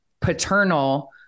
paternal